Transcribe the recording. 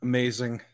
Amazing